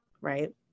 right